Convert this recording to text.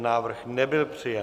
Návrh nebyl přijat.